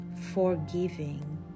forgiving